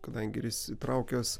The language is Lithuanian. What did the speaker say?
kadangi ir įsitraukęs